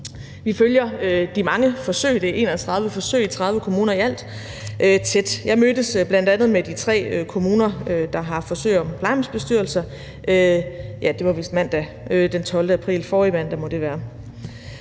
Vi følger de mange forsøg tæt – det er 31 forsøg i 30 kommuner i alt. Jeg mødtes bl.a. med de tre kommuner, der har forsøg med plejehjemsbestyrelser, og det var vist mandag den 12. april.